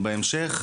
בהמשך.